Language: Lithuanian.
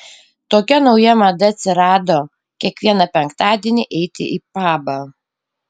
tokia nauja mada atsirado kiekvieną penktadienį eiti į pabą